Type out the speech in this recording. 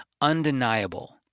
undeniable